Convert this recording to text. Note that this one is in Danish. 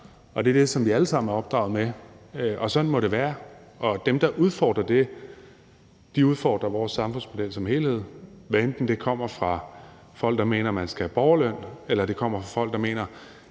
Det er det, som vi alle sammen er opdraget med, og sådan må det være. Dem, der udfordrer det, udfordrer vores samfundsmodel som helhed, hvad enten det kommer fra folk, der mener, at man skal have borgerløn, eller det kommer fra folk, der mener,